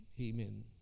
Amen